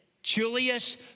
Julius